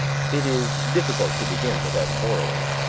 it is difficult to begin without borrowing,